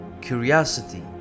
curiosity